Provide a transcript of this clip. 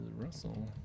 Russell